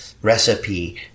Recipe